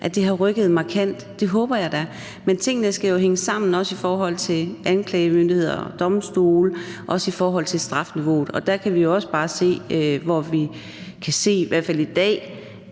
at det har rykket sig markant. Det håber jeg da. Men tingene skal jo hænge sammen, også i forhold til anklagemyndighed og domstole og også strafniveauet. Der kan vi jo også bare se, at straffene i dag